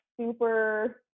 super